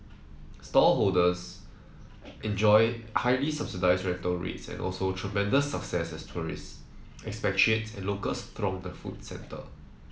stallholders enjoyed highly subsidised rental rates and also tremendous success as tourists expatriates and locals thronged the food centre